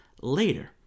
later